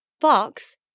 Fox